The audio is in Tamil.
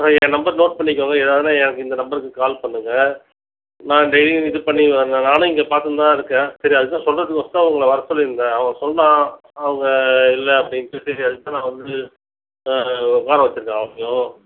அதான் என் நம்பர் நோட் பண்ணிக்கங்க எதாவதுன்னா எனக்கு இந்த நம்பருக்கு கால் பண்ணுங்கள் நான் டெய்லியும் இது பண்ணி நான் நானும் இங்கே பார்த்துன்னுதான் இருக்கேன் சரி அது தான் சொல்கிறத்துக்கொசரம் உங்களை வர சொல்லியிருந்தேன் அவன் சொன்னான் அவங்க இல்லை அப்படின்ட்டு சரி அதுக்கு தான் நான் வந்து ஆ ஆ உக்கார வைச்சிருக்கேன் அவனையும்